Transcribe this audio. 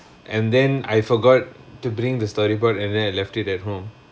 and then I forgot to bring the storyboard and then I left it at home